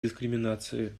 дискриминации